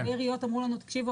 הרבה עיריות אמרו לנו "..תקשיבו,